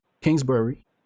Kingsbury